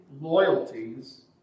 loyalties